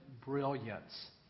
brilliance